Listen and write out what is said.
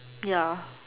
ya